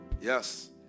yes